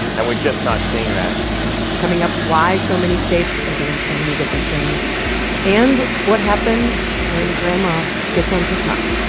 and we're just not seeing that coming up, why so many states are doing so many different things and what happens when grandma gets on tiktok.